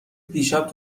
دیشب